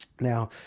now